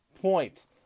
points